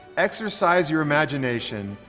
exercise your imagination,